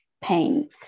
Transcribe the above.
pain